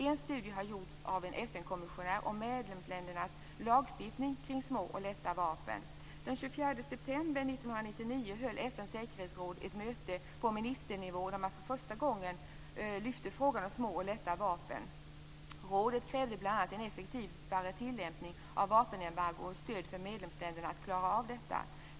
En studie har gjorts av en FN-kommission om medlemsländernas lagstiftning kring små och lätta vapen. Den 24 september 1999 höll FN:s säkerhetsråd ett möte på ministernivå, där man för första gången lyfte fram frågan om små och lätta vapen. Rådet krävde bl.a. en effektivare tillämpning av vapenembargon och stöd från medlemsländerna för att klara detta.